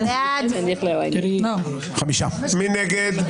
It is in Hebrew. מי נגד?